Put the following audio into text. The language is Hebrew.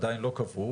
עדיין לא קבעו,